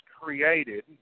created